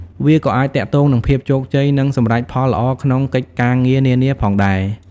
វាក៏អាចទាក់ទងនឹងភាពជោគជ័យ និងសម្រេចផលល្អក្នុងកិច្ចការងារនានាផងដែរ។